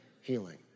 healing